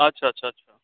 আচ্ছা আচ্ছা